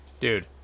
dude